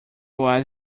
was